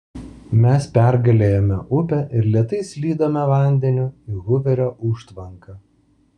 mes pergalėjome upę ir lėtai slydome vandeniu į huverio užtvanką